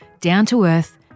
down-to-earth